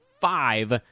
five